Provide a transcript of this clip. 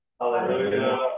Hallelujah